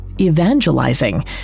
evangelizing